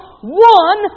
one